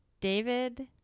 David